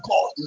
God